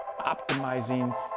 optimizing